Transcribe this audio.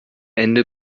ende